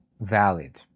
valid